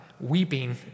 weeping